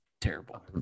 terrible